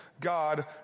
god